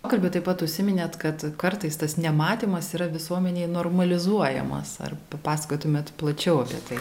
pokalby taip pat užsiminėt kad kartais tas nematymas yra visuomenėje normalizuojamas ar papasakotumėt plačiau apie tai